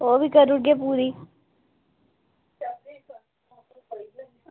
ओह्बी करी ओड़गे पूरी